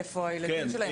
איפה הילדים שלהם?